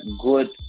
good